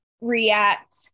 react